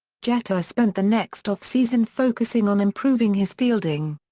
jeter spent the next offseason focusing on improving his fielding.